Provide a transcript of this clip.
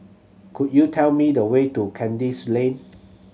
could you tell me the way to Kandis Lane